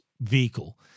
vehicle